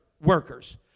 workers